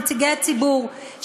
נציגי הציבור,